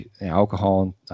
alcohol